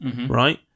right